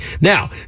Now